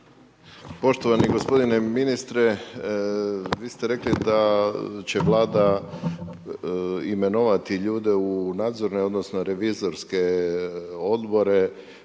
Poštovani g. ministre, vi ste rekli da će vlada imenovati ljude u nadzorni, odnosno, revizorski odbore,